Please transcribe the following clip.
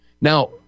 Now